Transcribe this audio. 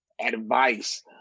advice